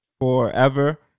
forever